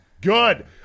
Good